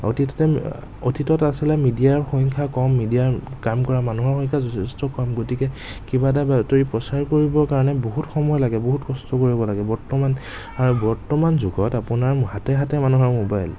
অতীততে অতীতত আছিল মিডিয়াৰ সংখ্যা কম মিডিয়াৰ কাম কৰা মানুহৰ সংখ্যা যথেষ্ট কম গতিকে কিবা এটা বাতৰি প্ৰচাৰ কৰিবৰ কাৰণে বহুত সময় লাগে বহুত কষ্ট কৰিব লাগে বৰ্তমান আৰু বৰ্তমান যুগত আপোনাৰ হাতে হাতে মানুহৰ মোবাইল